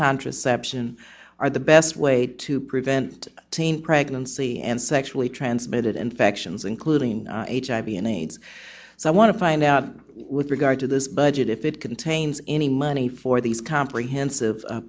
contraception are the best way to prevent teen pregnancy and sexually transmitted infections including hiv and aids so i want to find out with regard to this budget if it contains any money for these comprehensive